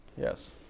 Yes